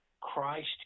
Christ